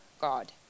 God